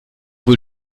wohl